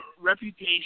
reputation